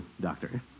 Doctor